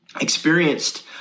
experienced